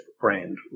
brand